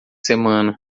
semana